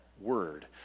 word